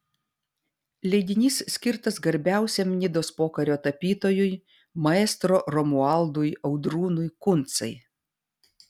leidinys skirtas garbiausiam nidos pokario tapytojui maestro romualdui audrūnui kuncai